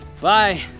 Bye